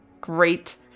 great